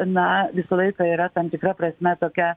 na visą laiką yra tam tikra prasme tokia